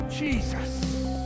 Jesus